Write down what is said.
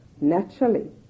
naturally